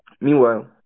Meanwhile